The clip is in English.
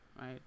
right